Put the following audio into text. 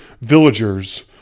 villagers